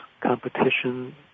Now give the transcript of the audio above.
competition